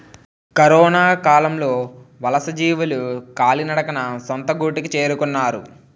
కరొనకాలంలో వలసజీవులు కాలినడకన సొంత గూటికి చేరుకున్నారు